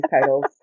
titles